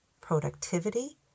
productivity